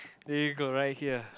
there you got right here